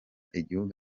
igihugu